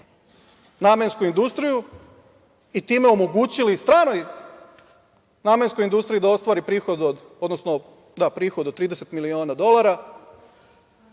namensku industriju i time omogućili stranoj namenskoj industriji da ostvari prihod od 30 miliona dolara,